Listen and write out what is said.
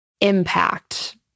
impact